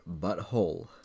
Butthole